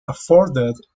afforded